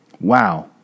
Wow